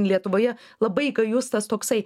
lietuvoje labai gajus tas toksai